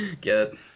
get